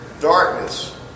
darkness